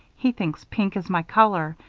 he thinks pink is my color,